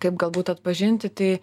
kaip galbūt atpažinti tai